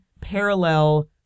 parallel